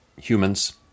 humans